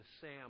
Sam